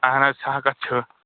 اہن حظ سا کَتھ چھِ